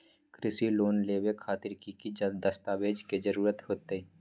कृषि लोन लेबे खातिर की की दस्तावेज के जरूरत होतई?